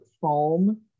foam